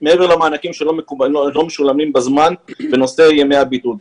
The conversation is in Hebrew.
מעבר למענקים שלא משולמים בזמן, בנושא ימי הבידוד.